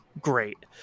great